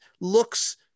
looks